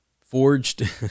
Forged